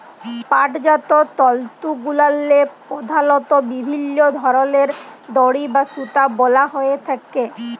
পাটজাত তলতুগুলাল্লে পধালত বিভিল্ল্য ধরলের দড়ি বা সুতা বলা হ্যঁয়ে থ্যাকে